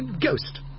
Ghost